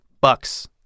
bucks